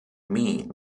mean